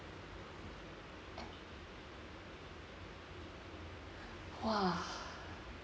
!wah!